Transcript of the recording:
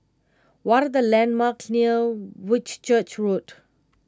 what are the landmarks near Whitchurch Road